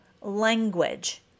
language